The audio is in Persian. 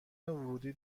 ورودی